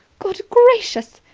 good gracious,